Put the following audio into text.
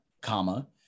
comma